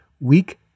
weak